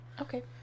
Okay